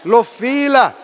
Lofila